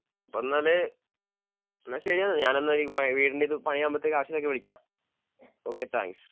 ഇപ്പോൾ എന്നാൽ എന്നാൽ ശരി എന്നാൽ ഞാനെന്നാൽ ഇനിയിപ്പോൾ വീടിൻ്റെ ഇത് പണിയാവുമ്പോഴത്തേക്ക് കാശിനൊക്കെ വിളിക്കാം ഓക്കെ താങ്ക്സ്